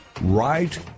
Right